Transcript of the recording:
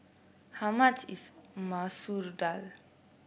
how much is Masoor Dal